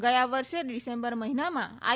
ગયા વર્ષે ડિસેમ્બર મહિનામાં આઈ